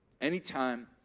Anytime